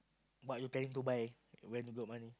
but you planning to buy when you got money